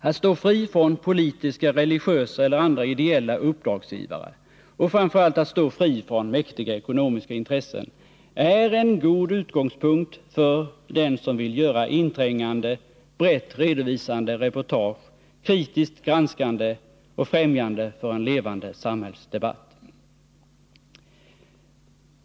Att stå fri från politiska, religiösa eller andra ideella uppdragsgivare och framför allt att stå fri från mäktiga ekonomiska intressen är en god utgångspunkt för den som vill göra inträngande, brett redovisande reportage, kritiskt granskande och främjan 2 de för en levande samhällsdebatt.